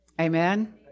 Amen